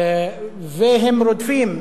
והם רודפים,